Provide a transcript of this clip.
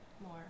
more